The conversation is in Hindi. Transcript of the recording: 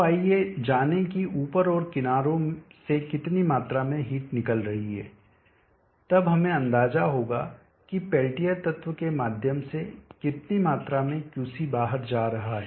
तो आइए जानें कि ऊपर और किनारों से कितनी मात्रा में हीट निकल रही है तब हमें अंदाजा होगा कि पेल्टियर तत्व के माध्यम से कितनी मात्रा में Qc बाहर जा रहा है